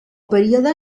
període